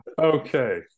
Okay